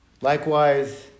Likewise